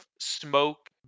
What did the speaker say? smoke